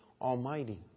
Almighty